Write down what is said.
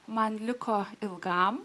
man liko ilgam